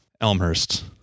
Elmhurst